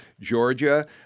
Georgia